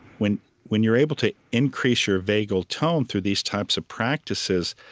when when you're able to increase your vagal tone through these types of practices,